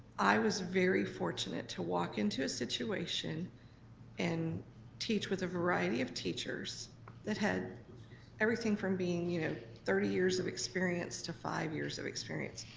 i was very fortunate to walk into a situation and teach with a variety of teachers that had everything from being you know thirty years of experience to five years of experience.